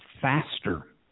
faster